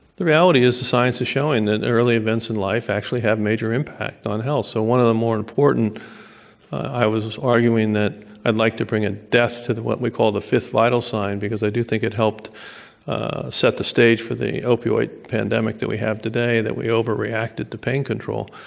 the reality is that science is showing that early events in life actually have major impact on health. so one of the more important i was just arguing that i'd like to bring a death to what we call the fifth vital sign because i do think it helped set the stage for the opioid pandemic that we have today, that we overreacted to pain control.